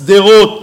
שדרות,